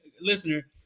listener